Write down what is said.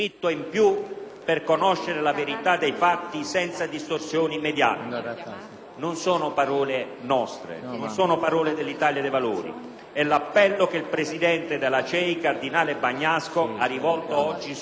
per conoscere la verità dei fatti senza distorsioni mediatiche. Non sono parole nostre, dell'Italia dei Valori, ma è l'appello che il presidente della CEI, cardinale Bagnasco, ha rivolto oggi sulla stampa.